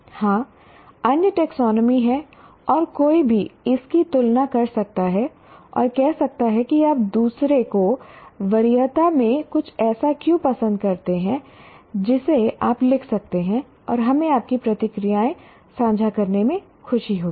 हां अन्य टैक्सोनॉमी हैं और कोई भी इसकी तुलना कर सकता है और कह सकता है कि आप दूसरे को वरीयता में कुछ ऐसा क्यों पसंद करते हैं जिसे आप लिख सकते हैं और हमें आपकी प्रतिक्रियाएं साझा करने में खुशी होगी